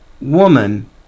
woman